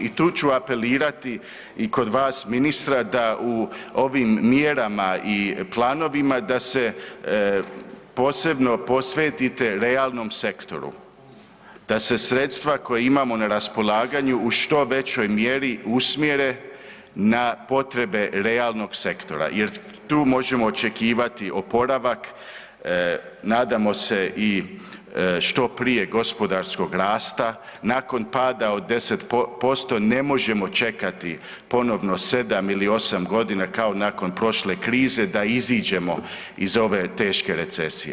I tu ću apelirati i kod vas ministre da u ovim mjerama i planovima da se posebno posvetite realnom sektoru, da se sredstava koja imamo na raspolaganju u što većoj mjeri usmjere na potrebe realnog sektora jer tu možemo očekivati oporavak, nadamo se i što prije gospodarskog rasta, nakon pada od 10% ne možemo čekati ponovno 7. ili 8.g. kao nakon prošle krize da iziđemo iz ove teške recesije.